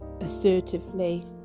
assertively